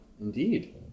indeed